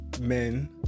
men